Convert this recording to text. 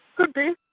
could be.